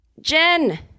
Jen